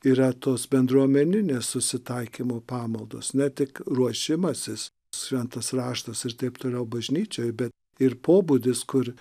yra tos bendruomeninės susitaikymo pamaldos ne tik ruošimasis šventas raštas ir taip toliau bažnyčioj bet ir pobūdis kur